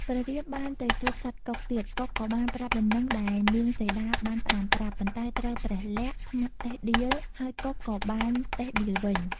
ព្រះរាមបានទៅជួបសត្វកុកទៀត កុកក៏បានប្រាប់ដំណឹងដែលនាងសីតាបានផ្ដាំប្រាប់ ប៉ុន្តែត្រូវព្រះលក្សណ៍ត្មះតិះដៀល ហើយកុកក៏បានតិះដៀលវិញ។